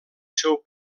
seu